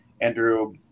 Andrew